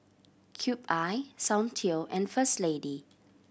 Cube I Soundteoh and First Lady